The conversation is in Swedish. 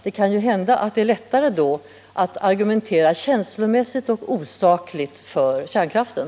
Det kan ju hända att det då är lättare att argumentera känslomässigt och osakligt för kärnkraften.